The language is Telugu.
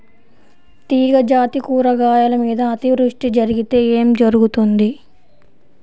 తీగజాతి కూరగాయల మీద అతివృష్టి జరిగితే ఏమి జరుగుతుంది?